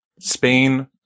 Spain